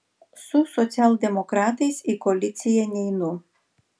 su socialdemokratais į koaliciją neinu